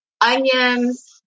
onions